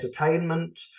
entertainment